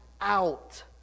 out